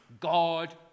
God